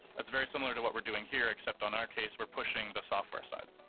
that's very similar to what we're doing here, except on our case, we're pushing the software side.